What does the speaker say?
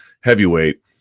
heavyweight